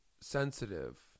sensitive